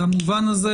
למובן הזה,